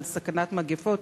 על סכנת מגפות.